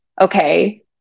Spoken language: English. Okay